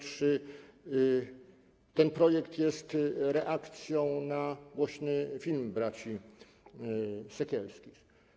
Czy ten projekt jest reakcją na głośny film braci Sekielskich?